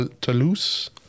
Toulouse